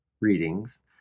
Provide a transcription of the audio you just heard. readings